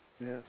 Yes